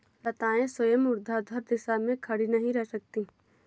लताएं स्वयं ऊर्ध्वाधर दिशा में खड़ी नहीं रह सकती